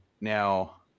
Now